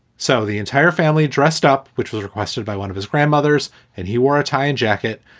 so the entire family dressed up, which was requested by one of his grandmothers and he wore a tie and jacket.